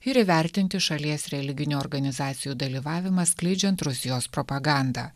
ir įvertinti šalies religinių organizacijų dalyvavimą skleidžiant rusijos propagandą